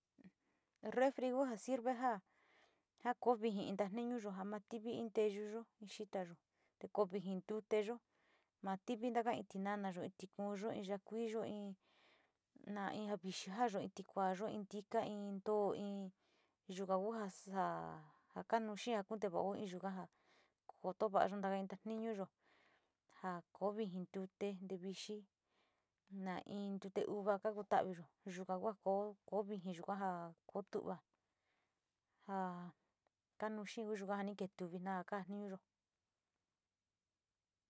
Refri ja, sirve ja, ja ko vijii tatinuyo tivi in nteyuyo, in xitayo, koo viji ntuteyo, na tiviga in tinamayo, in tikuuyo in ya´a kuiyo, in na ja vixi jaayo, in tiuuayo, in ntiko in ntoo, in yuga ku jaa kanuu xee nte vao, koto vaayo taka ntatinuya ja koo vijji, ntute, te vixi, na in ntute uva kaku taviyo kuka kua ko viji yuka jaa kotu´uva ja kanuu xee ketuvi vina kajatiñuyo.